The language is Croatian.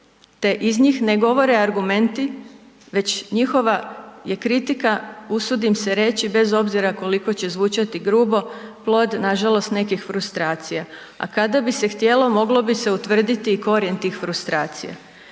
te iz njih ne govore argumenti već njihova je kritika, usudim se reći bez obzira koliko će zvučati grubo plod nažalost nekih frustracija. A kada bi se htjelo moglo bi se utvrditi i korijen tih frustracija.